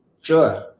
sure